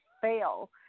fail